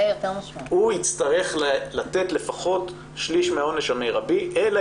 הוא יצטרך לתת לפחות שליש מהעונש המרבי אלא